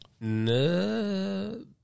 No